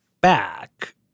back